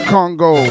Congo